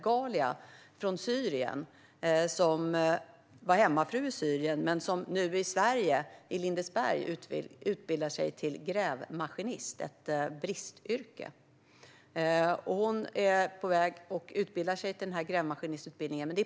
Ghalia var hemmafru i Syrien, men nu i Sverige, i Lindesberg, utbildar hon sig till grävmaskinist som är ett bristyrke.